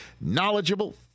knowledgeable